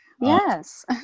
Yes